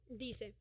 Dice